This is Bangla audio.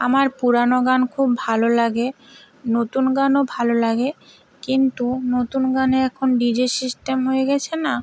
আমার পুরানো গান খুব ভালো লাগে নতুন গানও ভালো লাগে কিন্তু নতুন গানে এখন ডিজে সিস্টেম হয়ে গেছে না